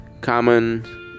common